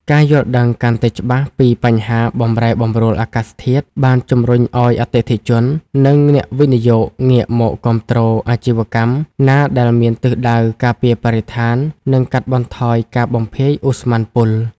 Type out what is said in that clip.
ការយល់ដឹងកាន់តែច្បាស់ពីបញ្ហាបម្រែបម្រួលអាកាសធាតុ បានជម្រុញឱ្យអតិថិជន និងអ្នកវិនិយោគងាកមកគាំទ្រអាជីវកម្មណាដែលមានទិសដៅការពារបរិស្ថាន និងកាត់បន្ថយការបំភាយឧស្ម័នពុល។